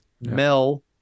Mel